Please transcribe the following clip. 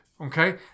okay